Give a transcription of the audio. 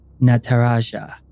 Nataraja